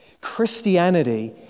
Christianity